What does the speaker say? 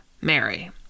Mary